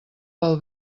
pel